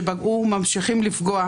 שפגעו וממשיכים לפגוע.